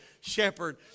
shepherd